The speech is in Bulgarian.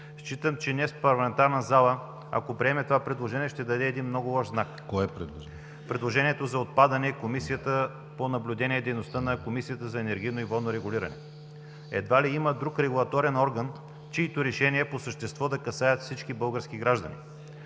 Считам, че днес парламентарната зала, ако приеме това предложение, ще даде много лош знак. ПРЕДСЕДАТЕЛ ДИМИТЪР ГЛАВЧЕВ: Кое предложение? ЖЕЛЬО БОЙЧЕВ: Предложението за отпадане на Комисията за наблюдение на дейността на Комисията за енергийно и водно регулиране. Едва ли има друг регулаторен орган, чиито решения по същество да касаят всички български граждани.